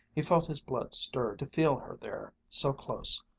he felt his blood stirred to feel her there, so close,